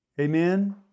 Amen